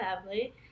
family